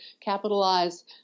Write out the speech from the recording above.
capitalize